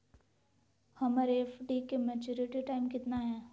हमर एफ.डी के maturity time कितना है?